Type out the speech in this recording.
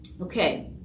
Okay